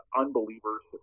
unbelievers